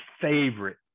favorite